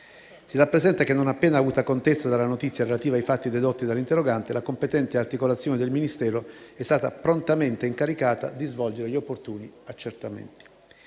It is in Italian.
Si rappresenta che, non appena avuta contezza delle notizie relative ai fatti dedotti dall'interrogante, la competente articolazione del Ministero è stata prontamente incaricata di svolgere gli opportuni accertamenti.